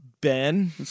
Ben